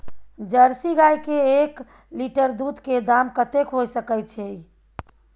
Jersey गाय के एक लीटर दूध के दाम कतेक होय सके छै?